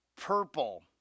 purple